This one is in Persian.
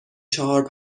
چهار